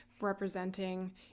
representing